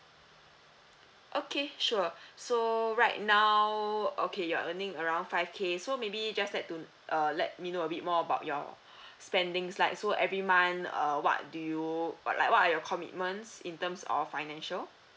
okay sure so right now okay you're earning around five K so maybe just like to uh let me know a bit more about your spendings like so every month err what do you what like what are your commitments in terms of financial